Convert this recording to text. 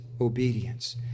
obedience